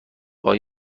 های